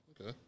Okay